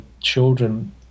children